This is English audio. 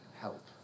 help